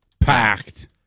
packed